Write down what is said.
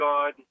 God